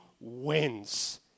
wins